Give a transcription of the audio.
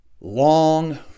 long